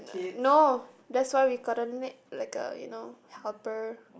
n~ no that's why we got the ne~ like a you know helper